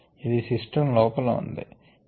ఇది సిస్టం లోపల ఉంది